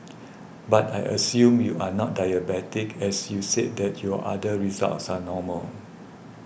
but I assume I not diabetic as you said that your other results are normal